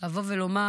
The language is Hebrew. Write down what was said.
לבוא ולומר: